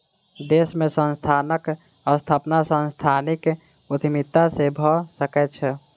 देश में संस्थानक स्थापना सांस्थानिक उद्यमिता से भअ सकै छै